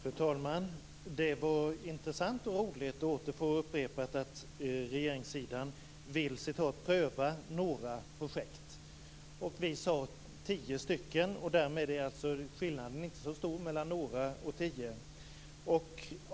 Fru talman! Det var intressant och roligt att åter få upprepat att regeringssidan vill pröva några projekt. Vi sade tio stycken, och skillnaden är inte så stor mellan några och tio.